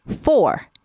Four